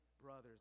brothers